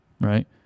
right